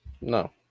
No